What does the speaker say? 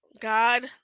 god